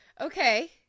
Okay